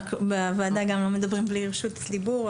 רק בוועדה גם לא מדברים בלי רשות דיבור,